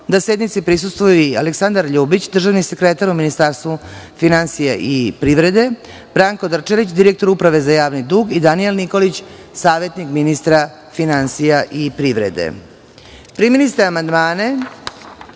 da sednici prisustvuje i Aleksandar Ljubić, državni sekretar u Ministarstvu finansija i privrede, Branko Drčević, direktor Uprave za javni dug i Danijel Nikolić, savetnik ministra finansija i privrede. Primili ste amandmane